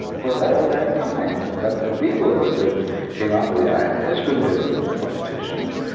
for all that time, but the people ah that came up with the ideas couldn't influence the politicians,